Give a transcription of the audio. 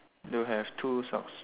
they'll have two socks